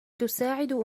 تساعد